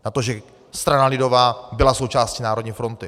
Na to, že strana lidová byla součástí Národní fronty.